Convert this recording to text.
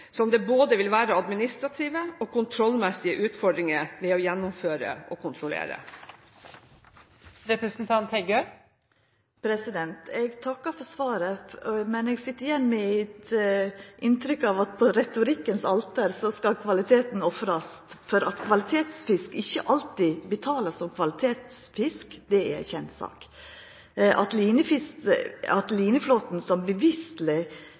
som det vil være både administrative og kontrollmessige utfordringer ved å gjennomføre og kontrollere. Eg takkar for svaret, men eg sit igjen med eit inntrykk av at på retorikken sitt alter skal kvaliteten ofrast. At kvalitetsfisk ikkje alltid betalast som kvalitetsfisk, er ei kjend sak. At lineflåten, som bevisst leverer den beste kvaliteten, slit tungt økonomisk, at